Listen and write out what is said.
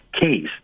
case